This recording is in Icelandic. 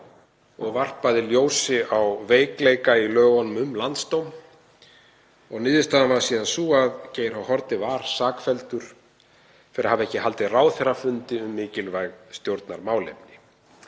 og varpaði ljósi á veikleika í lögunum um landsdóm. Niðurstaðan varð síðan sú að Geir H. Haarde var sakfelldur fyrir að hafa ekki haldið ráðherrafundi um mikilvæg stjórnarmálefni.